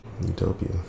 Utopia